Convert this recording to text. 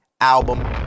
album